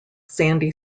sandy